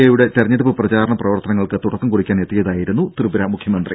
എയുടെ തെരഞ്ഞെടുപ്പ് പ്രചാരണ പ്രവർത്തനങ്ങൾക്ക് തുടക്കം കുറിക്കാനെത്തിയതായിരുന്നു ത്രിപുര മുഖ്യമന്ത്രി